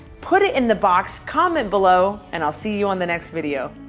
put it in the box. comment below and i'll see you on the next video.